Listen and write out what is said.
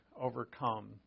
overcome